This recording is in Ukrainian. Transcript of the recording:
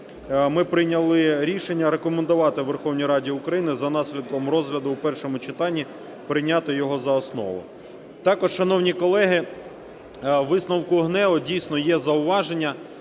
Ми прийняли рішення рекомендувати Верховній Раді України за наслідком розгляду в першому читанні прийняти його за основу. Також, шановні колеги, у висновку ГНЕУ дійсно є зауваження,